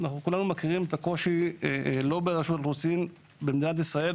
כולנו מכירים את הקושי לא ברשות אוכלוסין במדינת ישראל,